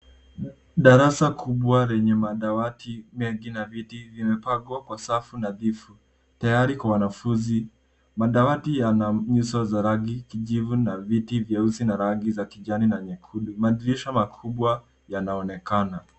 Darasa kubwa lenye madawati mengi na viti vimepangwa kwa safu nadhifu tayari kwa wanafunzi. Madawati yana nyuso za rangi kijivu na viti vyeusi na rangi za kijani na nyekundu. Madirisha makubwa yanaonekana.